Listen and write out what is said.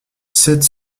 sept